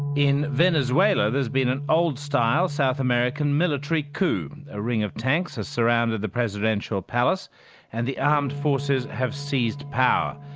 in venezuela, there's been an old-style south american military coup. a ring of tanks has surrounded the presidential palace and the armed forces have seized power.